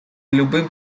любым